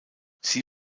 sie